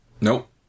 Nope